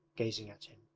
gazing at him.